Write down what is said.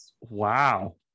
wow